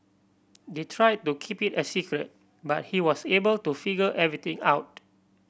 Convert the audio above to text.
they tried to keep it a secret but he was able to figure everything out